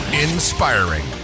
inspiring